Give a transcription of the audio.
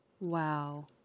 Wow